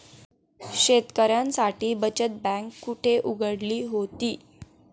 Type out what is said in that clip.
शेतकऱ्यांसाठी बचत बँक कुठे उघडली होती?